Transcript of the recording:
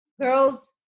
girls